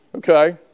Okay